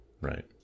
Right